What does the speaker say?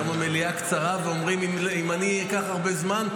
היום המליאה קצרה ואומרים שאם אני אקח הרבה זמן,